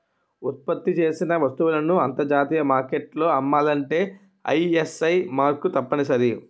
ఉత్పత్తి చేసిన వస్తువులను అంతర్జాతీయ మార్కెట్లో అమ్మాలంటే ఐఎస్ఐ మార్కు తప్పనిసరి